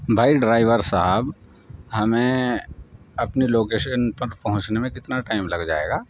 بھائی ڈرائیور صاحب ہمیں اپنی لوکیشن تک پہنچنے میں کتنا ٹائم لگ جائے گا